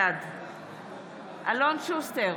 בעד אלון שוסטר,